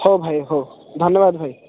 ହଉ ଭାଇ ହଉ ଧନ୍ୟବାଦ ଭାଇ